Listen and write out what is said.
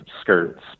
skirts